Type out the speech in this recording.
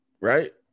Right